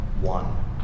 one